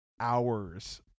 hours